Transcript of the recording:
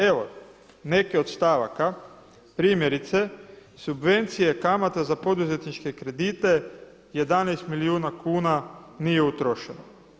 Evo, neke od stavaka primjerice, subvencije kamata za poduzetničke kredite 11 milijuna kuna nije utrošeno.